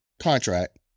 contract